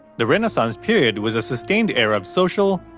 the renaissance period was a sustained era of social,